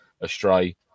astray